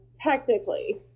technically